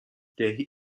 der